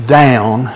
down